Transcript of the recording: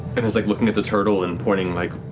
and is like looking at the turtle and pointing like